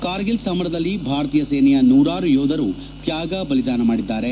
ಕಾರ್ಗಿಲ್ ಸಮರದಲ್ಲಿ ಭಾರತೀಯ ಸೇನೆಯ ನೂರಾರು ಯೋಧರು ತ್ಯಾಗ ಬಲಿದಾನ ಮಾಡಿದ್ದಾರೆ